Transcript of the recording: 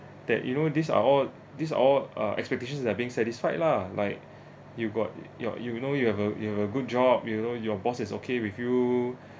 that you know these are all these are all ah expectations that being satisfied lah like you got your you know you have a you have a good job you know your boss is okay with you